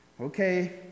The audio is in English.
Okay